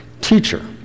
Teacher